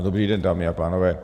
Dobrý den, dámy a pánové.